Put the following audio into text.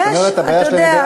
זאת אומרת,